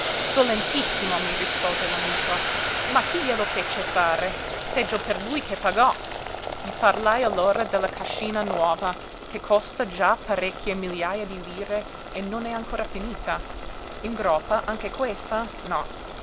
dolentissimo mi rispose l'amico ma chi glielo fece fare peggio per lui che pagò gli parlai allora della cascina nuova che costa già parecchie migliaja di lire e non è ancor finita in groppa anche questa no